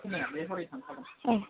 खोनायालै हरै थांखादों ए